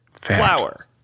Flour